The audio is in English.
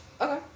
Okay